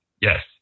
Yes